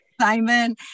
Simon